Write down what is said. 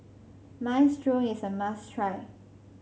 minestrone is a must try